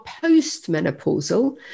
post-menopausal